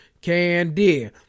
Candy